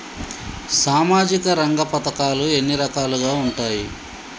సామాజిక రంగ పథకాలు ఎన్ని రకాలుగా ఉంటాయి?